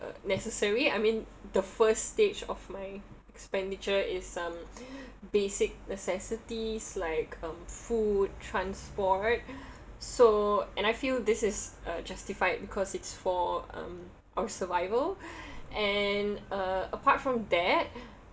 uh necessary I mean the first stage of my expenditure is um basic necessities like um food transport so and I feel this is uh justified because it's for um our survival and uh apart from that